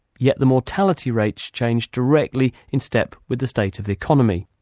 yet the mortality rates change directly in step with the state of the economy.